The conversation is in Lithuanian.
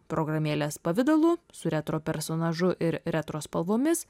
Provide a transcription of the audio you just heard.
programėlės pavidalu su retro personažu ir retro spalvomis